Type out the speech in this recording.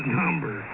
number